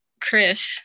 Chris